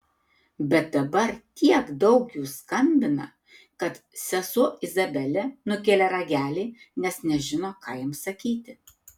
bet dabar tiek daug jų skambina kad sesuo izabelė nukėlė ragelį nes nežino ką jiems sakyti